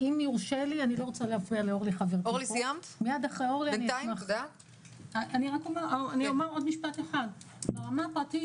ברמה הפרטית